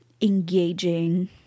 engaging